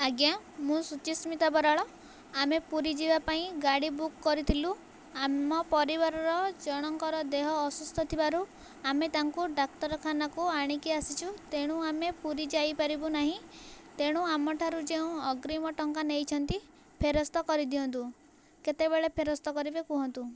ଆଜ୍ଞା ମୁଁ ଶୁଚିସ୍ମିତା ବରାଳ ଆମେ ପୁରୀ ଯିବା ପାଇଁ ଗାଡ଼ି ବୁକ୍ କରିଥିଲୁ ଆମ ପରିବାରର ଜଣଙ୍କର ଦେହ ଅସୁସ୍ଥ ଥିବାରୁ ଆମେ ତାଙ୍କୁ ଡ଼ାକ୍ତରଖାନା କୁ ଆଣିକି ଆସିଛୁ ତେଣୁ ଆମେ ପୁରୀ ଯାଇପାରିବୁ ନାହିଁ ତେଣୁ ଆମ ଠାରୁ ଯେଉଁ ଆଗ୍ରୀମ ଟଙ୍କା ନେଇଛନ୍ତି ଫେରସ୍ତ କରିଦିଅନ୍ତୁ କେତେବେଳେ ଫେରସ୍ତ କରିବେ କୁହନ୍ତୁ